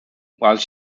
while